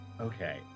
Okay